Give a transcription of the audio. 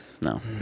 no